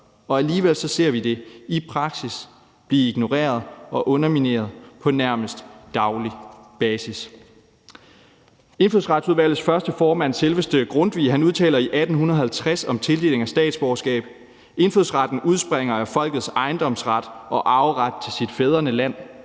Alligevel ser vi det i praksis blive ignoreret og undermineret på nærmest daglig basis. Indfødsretsudvalgets første formand, selveste Grundtvig, udtalte i 1850 om tildeling af statsborgerskab: Indfødsretten udspringer af folkets ejendomsret og arveret til sit fædrene land,